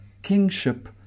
kingship